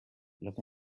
look